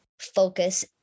focus